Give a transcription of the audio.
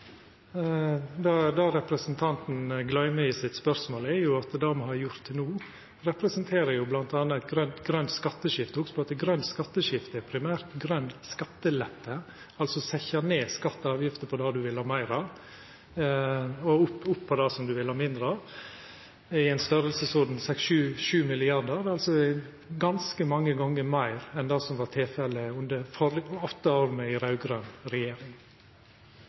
det. Det representanten gløymer i spørsmålet sitt, er at det me har gjort til no, jo representerer bl.a. eit grønt skatteskifte. Hugs at grønt skatteskifte er primært grøn skattelette, altså å setja ned skattar og avgifter på det ein vil ha meir av, og opp på det ein vil ha mindre av, i ein storleik på 6–7 mrd. kr, som altså er ganske mange gonger meir enn det som var tilfellet under åtte år med ei raud-grøn regjering.